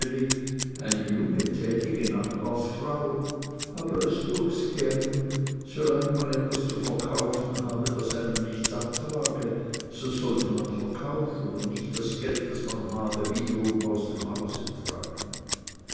eine junge tätige nachbarsfrau aber es düechs geng solange man etwas zu verkaufen habe das einem nichts abtrage so solle man verkaufen und nicht das geld das man habe wiederum aus dem hause tragen